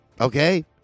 okay